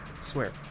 swear